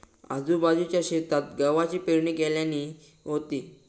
आजूबाजूच्या शेतात गव्हाची पेरणी केल्यानी होती